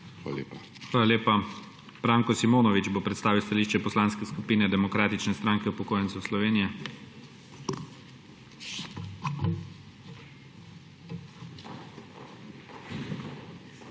ZORČIČ:** Hvala lepa. Branko Simonovič bo predstavil stališče Poslanske skupine Demokratične stranke upokojencev Slovenije. **BRANKO